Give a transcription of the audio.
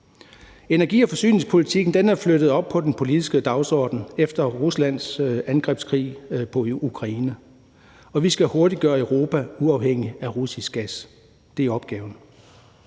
Energi- og forsyningspolitikken er flyttet op på den politiske dagsorden efter Ruslands angrebskrig mod Ukraine. Vi skal hurtigt gøre Europa uafhængig af russisk gas. Det er opgaven.